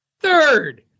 Third